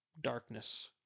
darkness